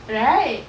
right